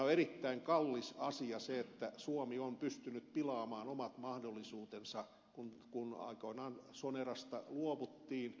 on erittäin kallis asia että suomi on pystynyt pilaamaan omat mahdollisuutensa kun aikoinaan sonerasta luovuttiin